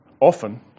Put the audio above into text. Often